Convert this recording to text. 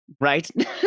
right